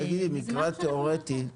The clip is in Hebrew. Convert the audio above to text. תגידי, מקרה תיאורטי,